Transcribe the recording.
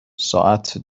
ساعت